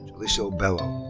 julissa bello.